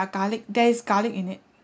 garlic there is garlic in it